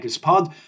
Pod